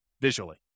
visually